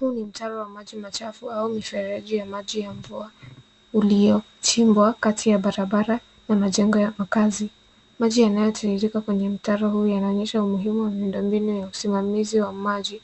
Huu ni mtaro wa maji machafu au mfereji ya maji ya mvua uliochimbwa kati ya barabara na majengo ya makazi. Maji yanayotiririka kwenye mtaro huu yanaonyesha umuhimu wa miundo mbinu ya usimamizi wa maji